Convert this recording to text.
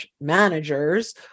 managers